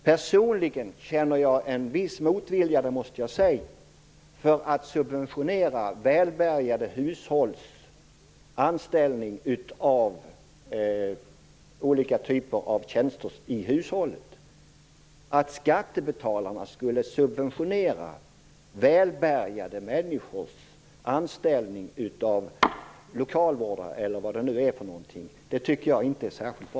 Personligen känner jag en viss motvilja, det måste jag säga, inför att subventionera olika typer av tjänster i välbärgade hushåll. Att skattebetalarna skulle subventionera välbärgade människors anställande av lokalvårdare eller vad det nu är för något, det tycker jag inte är särskilt bra.